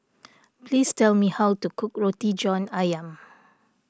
please tell me how to cook Roti John Ayam